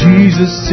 Jesus